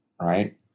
Right